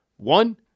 One